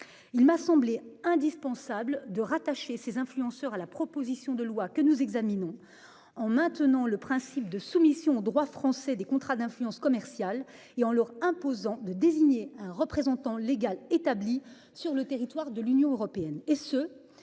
Il m'a semblé indispensable de rattacher ces influenceurs à la proposition de loi que nous examinons en maintenant le principe de soumission au droit français des contrats d'influence commerciale et en leur imposant de désigner un représentant légal établi sur le territoire de l'Union européenne et ce